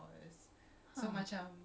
dia lelaki perempuan